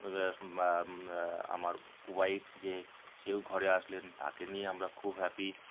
এবার আমার ওয়াইফ যে সেও ঘরে আসলেন তাকে নিয়ে আমরা খুব হ্যাপি